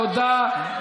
תודה, תודה.